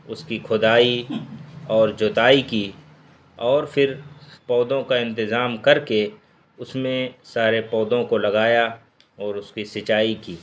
اس کی کھدائی اور جوتائی کی اور پھر پودوں کا انتظام کر کے اس میں سارے پودوں کو لگایا اور اس کی سینچائی کی